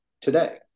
today